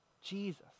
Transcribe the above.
Jesus